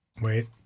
wait